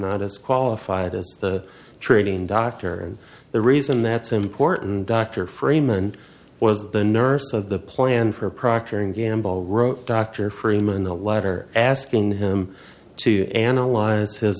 not as qualified as the treating doctor and the reason that's important dr freeman was the nurse of the plan for proctor and gamble wrote dr freeman the letter asking him to analyze his